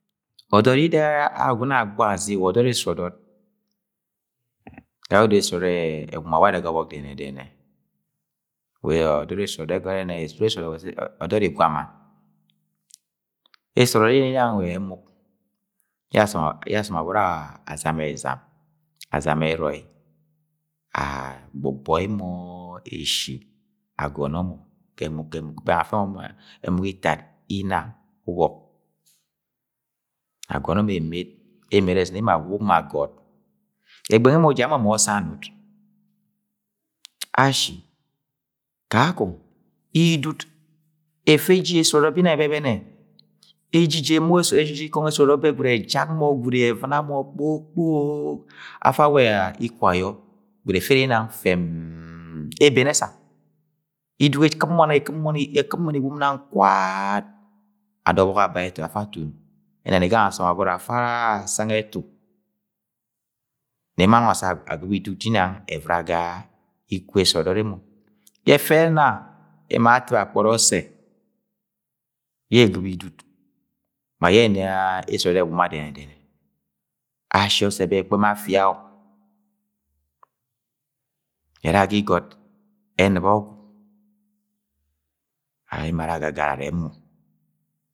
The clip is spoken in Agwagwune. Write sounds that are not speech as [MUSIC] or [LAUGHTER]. Ọdọd yida yẹ Agwagune agbagbaga azigi wa ọdọd esut-ọdọd gayẹ odo esu-ọdọd [HESITATION] ewuma warẹ ga ọbọk dẹnẹ-dẹnẹnẹ wa ọdọd esut-ọdọd ẹgọnọ ẹrẹ nẹ [UNINTELLIGIBLE] wa ọdọd igwa-ma, ẹsut-ọdọd are inang wa ẹmug yẹ asọm [UNINTELLIGIBLE] yẹ asọm abọrọ azama ẹzam, azama ẹrọi [HESITATION] agbọgbọi mọ eshi agọnọ mọ ga ẹmug ga ẹmug bẹng afẹ mọ ma emug itad, inna, ubọk, agọnọ mọ emet emet ezɨnẹ emo awobo mọ agọt ẹgbẹn nwẹ emo ja mọ ma osẹ anut. Ashi kakọng idut efe eji esut-ọdọd be inang ẹbẹbẹnẹ, ejiji emuk [UNINTELLIGIBLE] ejiji ikọngọ esut-ọdọd be gwud ejak mọ gwud evɨna mọ kpokpok afa awa iku ayọ gwud ẹfẹ ere inang fẹ-ẹm-m ebeni ẹsa iduk ekɨm mọ ni, ekɨm mọ ni, ekɨm mọ ni iwum nang kwa-a-t ada ọbọk aba ẹtọ ara afa ato unu, enani gange asọm abọrọ afa ara asang ẹtu nẹ emo anọng assẹ agɨbo iduk je inang evɨra ga ikwu esut-ọdọd emo yẹ ẹfẹ ẹna emo awa atip akpọri ọsẹ yẹ egɨbo idut ma yẹ ẹna esut-ọdọt ewuma dẹnẹnẹ-dẹnẹ, ashi ọsẹ bẹ ẹkpẹm afia-o era ga igot ẹnɨp ọgwu and emo ara agagari arẹbẹ mọ.